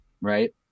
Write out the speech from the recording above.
right